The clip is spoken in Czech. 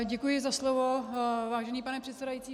Děkuji za slovo, vážený pane předsedající.